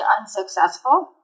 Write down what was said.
unsuccessful